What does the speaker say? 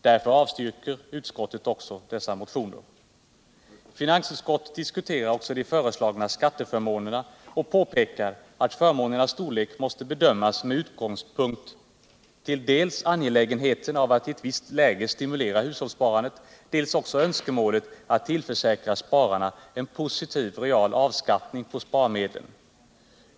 Därför avstyrker utskottet dessa motioner. Finansutskottet diskuterar också de föreslagna skatteförmånerna och påpekar att förmånernas storlek måste bedömas med utgångspunkt i dels angelägenheten av att i ett visst läge stimulera hushållssparandet, dels också önskemålet att tillförsäkra spararna en positiv real avkastning på sparmedlen.